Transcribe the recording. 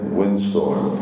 windstorm